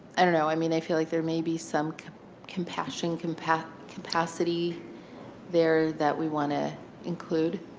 i don't know. i mean, i feel like there may be some compassion compassion capacity there that we want to include.